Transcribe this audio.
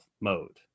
mode